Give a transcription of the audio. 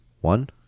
One